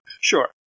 Sure